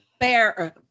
fair